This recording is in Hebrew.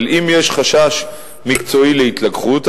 אבל אם יש חשש מקצועי להתלקחות,